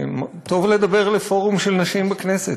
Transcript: טוב לדבר לפורום של נשים בכנסת.